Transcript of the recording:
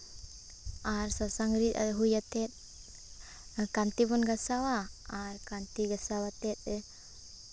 ᱟᱨ ᱥᱟᱥᱟᱝ ᱨᱤᱫ ᱦᱩᱭ ᱟᱛᱮ ᱠᱟᱹᱱᱛᱤ ᱵᱚᱱ ᱜᱷᱟᱸᱥᱟᱣᱟ ᱟᱨ ᱠᱟᱹᱱᱛᱤ ᱜᱷᱟᱸᱥᱟᱣ ᱠᱟᱛᱮ